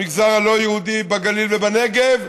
המגזר הלא-יהודי בגליל ובנגב,